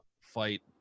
fight